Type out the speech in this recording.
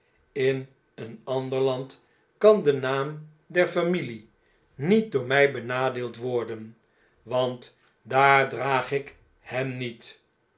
in een ander land kan de naam der familie niet door my benadeeld worden want daar draag ik hem niet